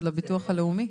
של הביטוח הלאומי?